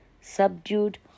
subdued